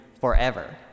forever